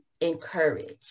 encourage